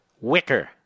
Wicker